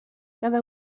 cada